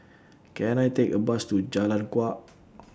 Can I Take A Bus to Jalan Kuak